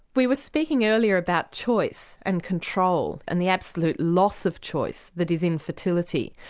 we were speaking earlier about choice and control and the absolute loss of choice that is infertility.